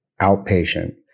outpatient